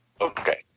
Okay